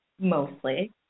mostly